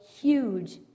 huge